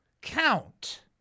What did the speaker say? count